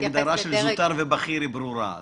הגדרה של זוטר ובכיר היא ברורה.